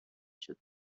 شدن